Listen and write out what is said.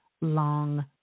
long